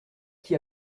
qui